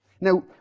Now